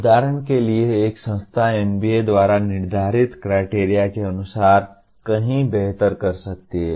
उदाहरण के लिए एक संस्था NBA द्वारा निर्धारित क्राइटेरिया के अनुसार कहीं बेहतर कर सकती है